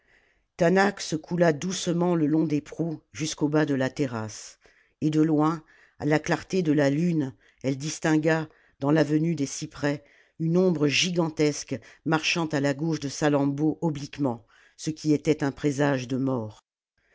se coula doucement le long des proues jusqu'au bas de la terrasse et de loin à la clarté de la lune elle distingua dans l'avenue des cyprès une ombre gigantesque marchant à la gauche de salammbô obliquement ce qui était un présage de mort